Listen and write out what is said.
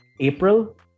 April